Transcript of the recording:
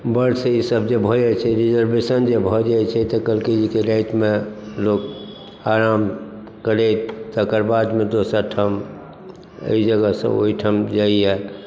berth ई सब जे भऽ जाइत छै रिजर्वेशन जे भऽ जाइत छै तऽ कहलकै जेकि रातिमे लोक आराम करै तकर बादमे दोसर ठाम एहि जगहसँ ओहिठाम जाइया